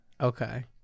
Okay